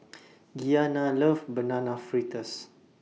Gianna loves Banana Fritters